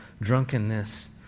drunkenness